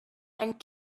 and